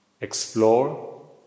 explore